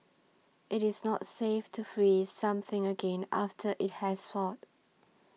it is not safe to freeze something again after it has thawed